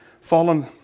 fallen